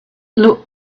looked